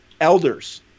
elders